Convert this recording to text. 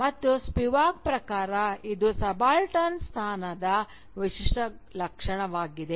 ಮತ್ತು ಸ್ಪಿವಾಕ್ ಪ್ರಕಾರ ಇದು ಸಬಾಲ್ಟರ್ನ್ ಸ್ಥಾನದ ವಿಶಿಷ್ಟ ಲಕ್ಷಣವಾಗಿದೆ